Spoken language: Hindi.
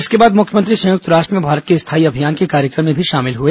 इसके बाद मुख्यमंत्री संयुक्त राष्ट्र में भारत के स्थायी अभियान के कार्यक्रम में भी शामिल हुए